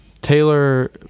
Taylor